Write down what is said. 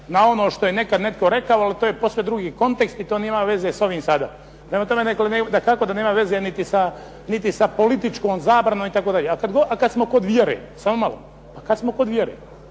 na ono što je netko nešto rekao, ali to je posve drugi kontekst i to nema veze s ovim sada. Prema tome, dakako da nema veze niti sa političkom zabranom itd. A kada smo kod vjere, ja vama ne branim i ne